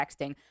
texting